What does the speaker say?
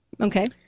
Okay